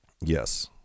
Yes